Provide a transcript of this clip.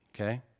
Okay